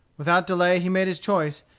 without delay he made his choice,